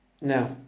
now